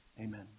amen